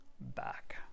back